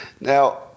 Now